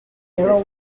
beryl